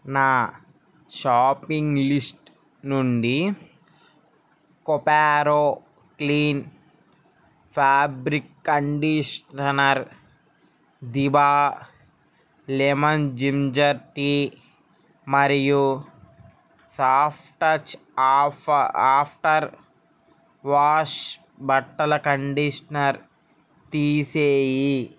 నా shopping list నుండి కొపారో క్లీన్ ఫాబ్రిక్ కండిషనర్ దిభా లెమన్ జింజర్ టీ మరియు సాఫ్టచ్ ఆఫ్ ఆఫ్టర్ వాష్ బట్టల కండిషనర్ తీసేయి